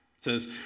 says